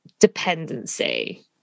dependency